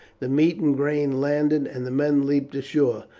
the meat and grain landed, and the men leapt ashore,